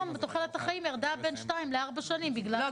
תוחלת החיים ירדה בין שתיים לארבע שנים בגלל הפערים.